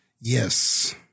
Yes